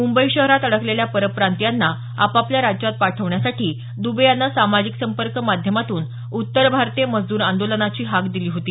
मुंबई शहरात अडकलेल्या परप्रांतीयांना आपापल्या राज्यात पाठवण्यासाठी दुबे यानं सामाजिक संपर्क माध्यमातून उत्तर भारतीय मजदूर आंदोलनाची हाक दिली होती